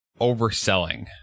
overselling